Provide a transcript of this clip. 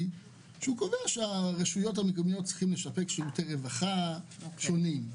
שקובע שהרשויות המקומיות צריכות לספק שירותי רווחה שונים.